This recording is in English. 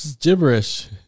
Gibberish